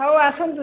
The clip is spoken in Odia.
ହଉ ଆସନ୍ତୁ